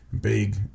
big